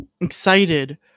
excited